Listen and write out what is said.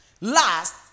last